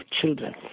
children